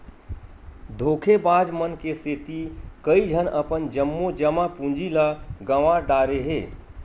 धोखेबाज मन के सेती कइझन अपन जम्मो जमा पूंजी ल गंवा डारे हे